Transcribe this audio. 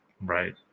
Right